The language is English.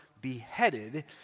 beheaded